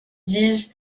disent